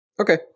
Okay